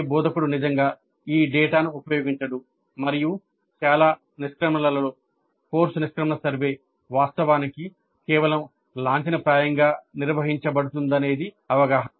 ఏ బోధకుడు నిజంగా ఈ డేటాను ఉపయోగించడు మరియు చాలా నిష్క్రమణలలో కోర్సు నిష్క్రమణ సర్వే వాస్తవానికి కేవలం లాంఛనప్రాయంగా నిర్వహించబడుతుందనేది అవగాహన